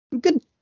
Good